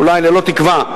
אולי ללא תקווה,